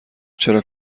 چرا